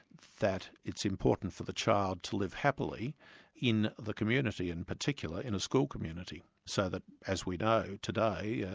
that it's important for the child to live happily in the community, and particularly in a school community. so that as we know today, yeah